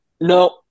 No